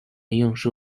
映射